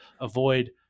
avoid